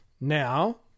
now